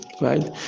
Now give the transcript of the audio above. right